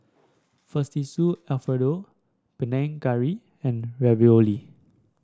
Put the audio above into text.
Fettuccine Alfredo Panang Curry and Ravioli